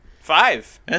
Five